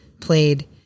played